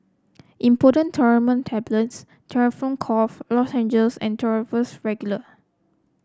Imodium Loperamide Tablets Difflam Cough Lozenges and Duro Regular